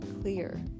clear